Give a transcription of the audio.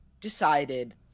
decided